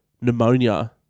pneumonia